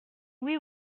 oui